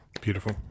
beautiful